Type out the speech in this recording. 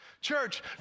Church